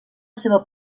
seva